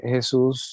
Jesús